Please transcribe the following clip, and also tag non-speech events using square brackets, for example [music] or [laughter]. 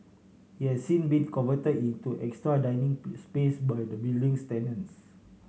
it has since been convert into extra dining [unintelligible] space by the building's tenants